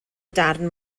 darn